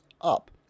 up